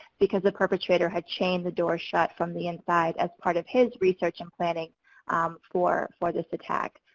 because the perpetrator had chained the doors shut from the inside as part of his research and planning for for this attack.